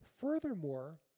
Furthermore